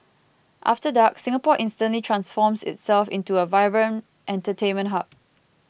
after dark Singapore instantly transforms itself into a vibrant entertainment hub